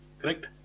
correct